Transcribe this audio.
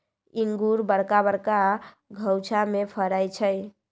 इंगूर बरका बरका घउछामें फ़रै छइ